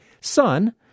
son